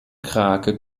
krake